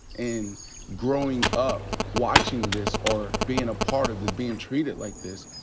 and growing up watching this, or bein' a part of this, bein' treated like this,